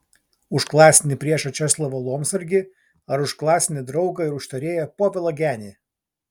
už klasinį priešą česlovą lomsargį ar už klasinį draugą ir užtarėją povilą genį